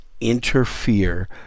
interfere